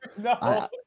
no